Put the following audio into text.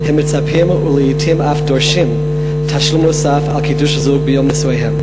הם מצפים ולעתים אף דורשים תשלום נוסף על קידוש זוג ביום נישואיהם?